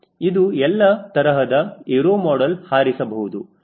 ಇದು ಎಲ್ಲ ತರಹದ ಏರು ಮಾಡಲ ಹಾರಿಸಬಹುದು